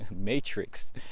matrix